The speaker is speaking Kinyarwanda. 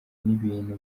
n’ibintu